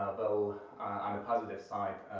though on the positive side,